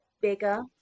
bigger